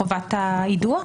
חובת היידוע.